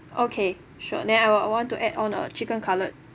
okay sure then I would want to add on a chicken cutlet